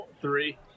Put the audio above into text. Three